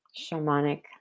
shamanic